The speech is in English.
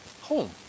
home